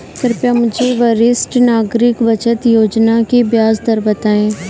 कृपया मुझे वरिष्ठ नागरिक बचत योजना की ब्याज दर बताएं